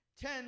Ten